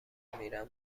میرم